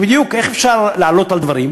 כי איך בדיוק אפשר לעלות על דברים?